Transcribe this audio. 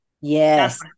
Yes